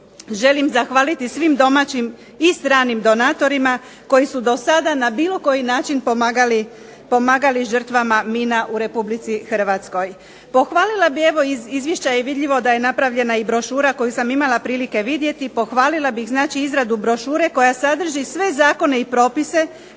želim zahvaliti svim domaćim i stranim donatorima koji su dosada na bilo koji način pomagali žrtvama mina u RH. Pohvalila bih, evo iz izvješća je vidljivo da je napravljena i brošura koju sam imala prilike vidjeti, pohvalila bih znači izradu brošure koja sadrži sve zakone i propise